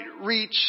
reach